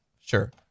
Sure